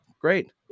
great